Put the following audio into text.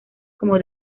como